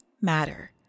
matter